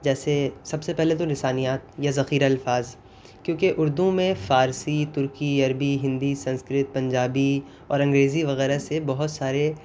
جیسے سب سے پہلے تو لسانیات یا ذخیر الفاظ کیونکہ اردو میں فارسی ترکی عربی ہندی سنسکرت پنجابی اور انگریزی وغیرہ سے بہت سارے